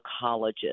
colleges